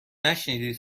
نشنیدی